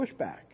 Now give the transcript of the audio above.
pushback